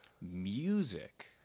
Music